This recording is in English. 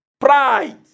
pride